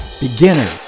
Beginners